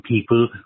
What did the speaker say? people